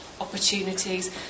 opportunities